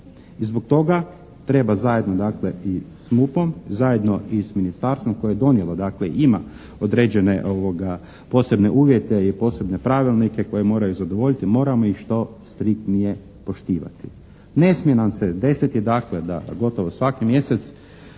i zbog toga treba zajedno dakle i s MUP-om, zajedno i s ministarstvom koje je donijelo, ima određene posebne uvjete i posebne pravilnike koji moraju zadovoljiti moramo ih što striktnije poštivati. Ne smije nam se desiti dakle da gotovo svaki mjesec